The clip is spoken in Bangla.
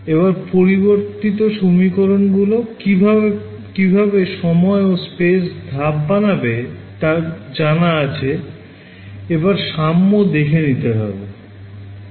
আমাদের কাছে আপডেট সমীকরণ গুলো আছে আর এও জানি কিভাবে সময় ও স্পেসে ধাপ বানাতে হয় এবার দেখে নিতে হবে সাম্যাবস্থা আর সাম্যাবস্থার আগে কি আছে